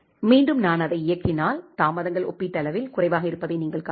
மீண்டும் நான் அதை இயக்கினால் தாமதங்கள் ஒப்பீட்டளவில் குறைவாக இருப்பதை நீங்கள் காணலாம்